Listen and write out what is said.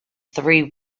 three